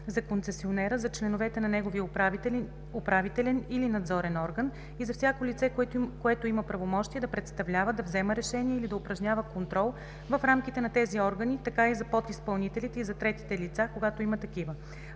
за концесионера, за членовете на неговия управителен или надзорен орган и за всяко лице, което има правомощия да представлява, да взема решения или да упражнява контрол в рамките на тези органи, така и за подизпълнителите и за третите лица – когато има такива.